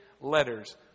Letters